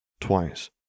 twice